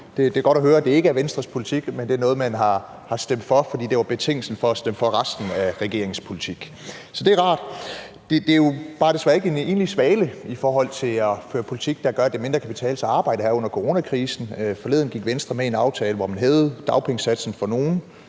Det er godt at høre, at det ikke er Venstres politik, men at det er noget, man har stemt for, fordi det var betingelsen for at kunne stemme for resten af regeringens politik. Så det er rart. Det er jo desværre bare ikke en enlig svale i forhold til her under coronakrisen at føre politik, der gør, at det i mindre grad kan betale sig at arbejde. Forleden gik Venstre med i en aftale, hvor man hævede dagpengesatsen for nogle